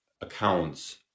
accounts